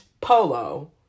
polo